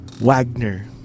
Wagner